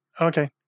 Okay